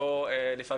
ולפעמים להסכים,